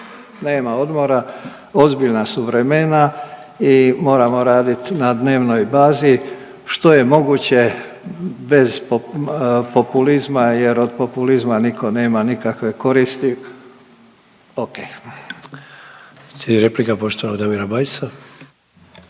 nema odmora. Ozbiljna su vremena i moramo radit na dnevnoj bazi što je moguće bez populizma jer od populizma niko nema nikakve koristi. Ok. **Sanader, Ante